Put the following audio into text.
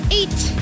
eight